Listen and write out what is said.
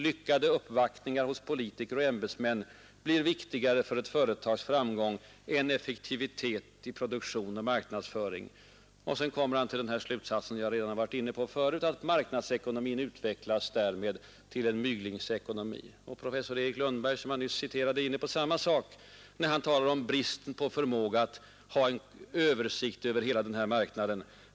Lyckad uppvaktning hos politiker och ämbetsmän blir viktigare för ett företags framgång än effektivitet i produktion och marknadsföring.” Så kommer han till den slutsats jag redan förut var inne på: ”Marknadsekonomin skulle därvid utvecklas i riktning mot en ”myglingsekonomi”.” Professor Erik Lundberg, som jag nyss citerade, är inne på samma sak när han talar om bristen på förmåga att ha en översikt över hela denna marknad.